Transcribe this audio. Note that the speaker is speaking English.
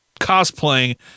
cosplaying